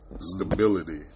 stability